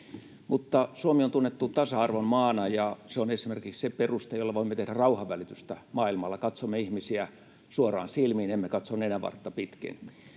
Mutta Suomi on tunnettu tasa-arvon maana, ja se on esimerkiksi se peruste, jolla voimme tehdä rauhanvälitystä maailmalla — katsomme ihmisiä suoraan silmiin, emme katso nenänvartta pitkin.